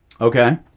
Okay